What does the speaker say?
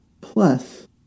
plus